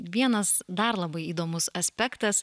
vienas dar labai įdomus aspektas